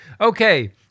Okay